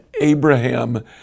Abraham